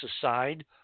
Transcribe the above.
aside